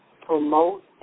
promote